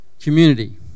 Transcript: community